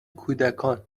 کودکان